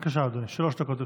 בבקשה, אדוני, שלוש דקות לרשותך.